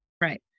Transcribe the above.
Right